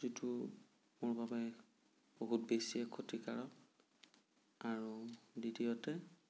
যিটো মোৰ বাবে বহুত বেছিয়ে ক্ষতিকাৰক আৰু দ্বিতীয়তে